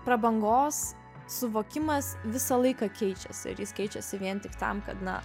prabangos suvokimas visą laiką keičiasi ir jis keičiasi vien tik tam kad na